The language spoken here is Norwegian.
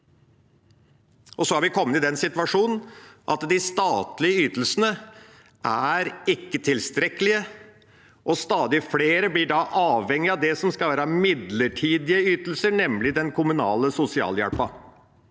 Vi har kommet i den situasjonen at de statlige ytelsene ikke er tilstrekkelige, og stadig flere blir da avhengig av det som skal være midlertidige ytelser, nemlig den kommunale sosialhjelpen.